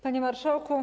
Panie Marszałku!